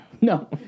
No